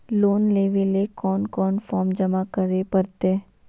Loan लेवे ले कोन कोन फॉर्म जमा करे परते?